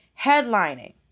headlining